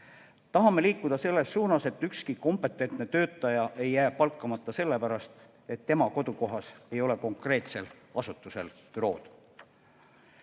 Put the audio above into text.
Tahame liikuda selles suunas, et ükski kompetentne töötaja ei jää palkamata selle pärast, et tema kodukohas ei ole konkreetsel asutusel